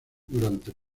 durante